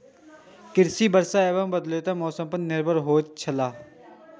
कृषि वर्षा और बदलेत मौसम पर निर्भर होयत छला